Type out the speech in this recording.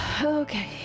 Okay